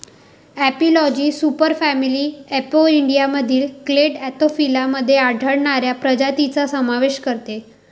एपिलॉजी सुपरफॅमिली अपोइडियामधील clade Anthophila मध्ये आढळणाऱ्या प्रजातींचा समावेश करते